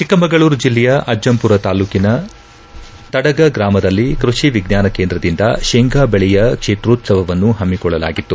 ಚಿಕ್ಕಮಗಳೂರು ಜಿಲ್ಲೆಯ ಅಜ್ಜಂಪುರ ತಾಲೂಕಿನ ತಡಗ ಗ್ರಾಮದಲ್ಲಿ ಕೃಷಿ ವಿಜ್ಞಾನ ಕೇಂದ್ರದಿಂದ ಶೇಂಗಾ ಬೆಳೆಯ ಕ್ಷೇತ್ರೋತ್ಸವವನ್ನು ಹಮ್ಮಿಕೊಳ್ಳಲಾಗಿತ್ತು